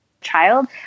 child